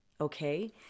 Okay